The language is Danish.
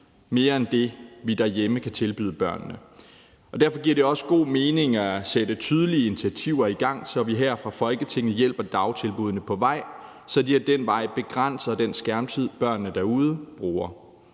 mere end det, vi derhjemme kan tilbyde børnene. Derfor giver det også god mening at sætte tydelige initiativer i gang, så vi her fra Folketinget hjælper dagtilbuddene på vej, sådan at de ad den vej begrænser den skærmtid, som børnene derude bruger.